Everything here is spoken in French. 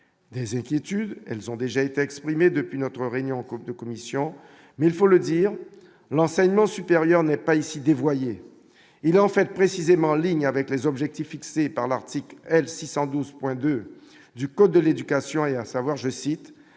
des inquiétudes, elles ont déjà été exprimée depuis notre réunion de commissions, mais il faut le dire, l'enseignement supérieur n'est pas ici dévoyé, il en fait précisément ligne avec les objectifs fixés par l'article L 612,2 du code de l'éducation et à savoir je cite